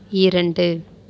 இரண்டு